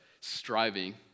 striving